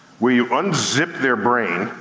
where you unzip their brain,